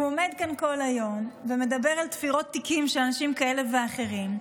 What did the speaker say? הוא עומד כאן כל היום ומדבר על תפירות תיקים של אנשים כאלה ואחרים,